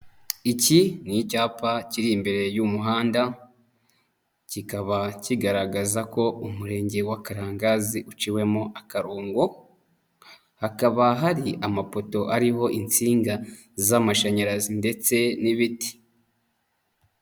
Iki ni icyapa kiri imbere y'umuhanda kikaba kigaragaza ko Umurenge wa Karangagazi uciwemo akarongo, hakaba hari amapoto ariho insinga z'amashanyarazi ndetse n'ibiti.